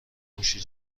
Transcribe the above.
موشی